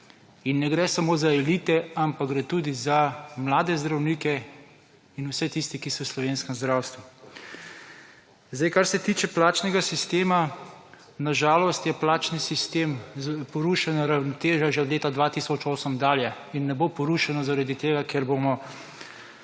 in ne gre samo za elite, ampak gre tudi za mlade zdravnike in vse tiste, ki so v slovenskem zdravstvu. Zdaj, kar se tiče plačnega sistema, na žalost je plačni sistem / nerazumljivo/ ravnotežja že od leta 2008 dalje in ne bo porušeno zaradi tega, ker bomo